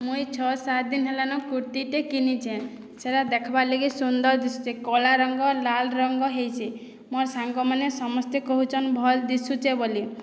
ମୁଁ ଏଇ ଛଅ ସାତ ଦିନ୍ ହେଲାନ କୁର୍ତିଟେ କିନିଚେଁ ସେଟା ଦେଖ୍ବାର୍ ଲାଗି ସୁନ୍ଦର୍ ଦିଶୁଛେ କଲା ରଙ୍ଗ ଲାଲ୍ ରଙ୍ଗ ହେଇଚି ମୋର୍ ସାଙ୍ଗମାନେ ସମସ୍ତେ କହୁଚନ୍ ଭଲ୍ ଦିସୁଚେ ବଲି